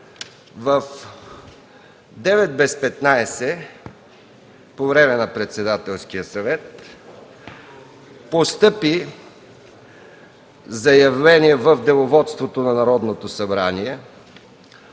В 8,45 ч., по време на Председателския съвет, постъпи заявление в Деловодството на Народното събрание